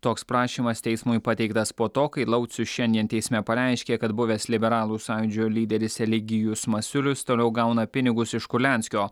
toks prašymas teismui pateiktas po to kai laucius šiandien teisme pareiškė kad buvęs liberalų sąjūdžio lyderis eligijus masiulis toliau gauna pinigus iš kurlianskio